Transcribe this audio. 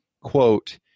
quote